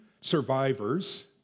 survivors